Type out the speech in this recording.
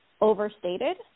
overstated